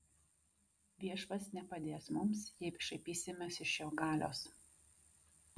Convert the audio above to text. viešpats nepadės mums jei šaipysimės iš jo galios